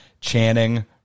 Channing